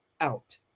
Out